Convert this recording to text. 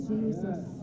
Jesus